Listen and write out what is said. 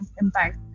impact